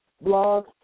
blog